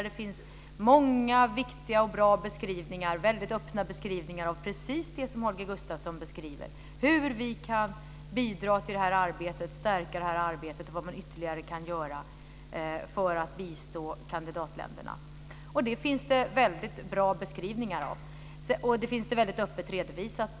Det finns många viktiga och bra beskrivningar, som är väldigt öppna, om precis det som Holger Gustafsson beskriver. Det handlar om hur vi kan bidra till och stärka detta arbete och vad man ytterligare kan göra för att bistå kandidatländerna. Detta finns det som sagt bra beskrivningar av och det hela är öppet redovisat.